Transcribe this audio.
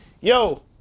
yo